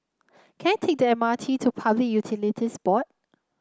can I take the M R T to Public Utilities Board